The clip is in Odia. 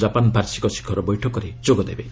ଜାପାନ ବାର୍ଷିକ ଶିଖର ବୈଠକରେ ଯୋଗ ଦେବେ